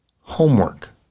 homework